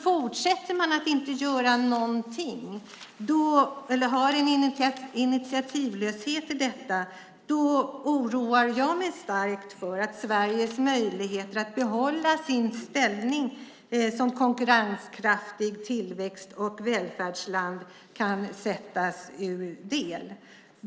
Fortsätter man att inte göra någonting eller har en initiativlöshet i detta oroar jag mig starkt för att Sveriges möjligheter att behålla sin ställning som konkurrenskraftigt tillväxt och välfärdsland kan sättas ur spel.